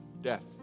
death